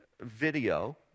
video